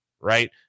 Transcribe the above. right